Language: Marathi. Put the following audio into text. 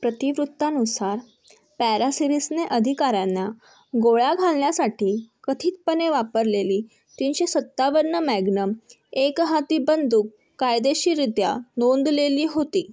प्रतिवृत्तानुसार पॅरासिरीसने अधिकाऱ्यांना गोळ्या घालण्यासाठी कथितपणे वापरलेली तीनशे सत्तावन्न मॅगनम एकहाती बंदूक कायदेशीररित्या नोंदलेली होती